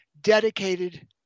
dedicated